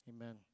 Amen